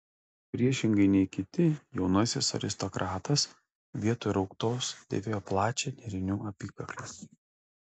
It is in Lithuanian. priešingai nei kiti jaunasis aristokratas vietoj rauktos dėvėjo plačią nėrinių apykaklę